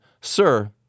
Sir